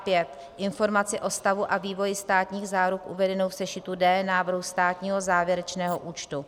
5. informaci o stavu a vývoji státních záruk uvedenou v sešitu D návrhu státního závěrečného účtu;